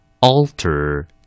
Alter